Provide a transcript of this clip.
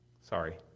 Sorry